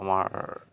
আমাৰ